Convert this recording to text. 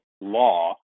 law